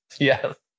Yes